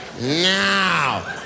Now